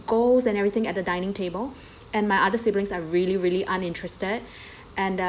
goals and everything at the dining table and my other siblings are really really uninterested and uh